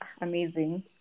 amazing